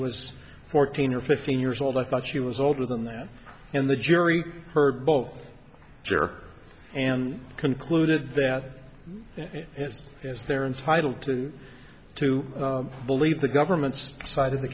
was fourteen or fifteen years old i thought she was older than that and the jury heard both juror and concluded that it's as they're entitled to to believe the government's side of the